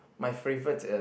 my favourite is